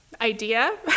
idea